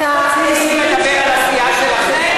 אל תציעי לי לדבר על הסיעה שלכם.